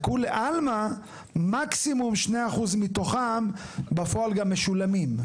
לכולי עלמא מקסימום 2% מתוכם בפועל גם משולמים.